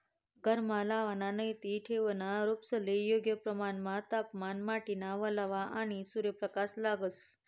घरमा लावाना नैते ठेवना रोपेस्ले योग्य प्रमाणमा तापमान, माटीना वल्लावा, आणि सूर्यप्रकाश लागस